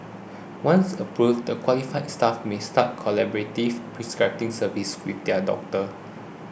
once approved the qualified staff may start collaborative prescribing services with their doctors